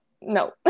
No